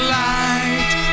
light